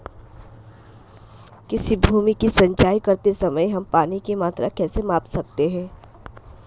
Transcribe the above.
किसी भूमि की सिंचाई करते समय हम पानी की मात्रा कैसे माप सकते हैं?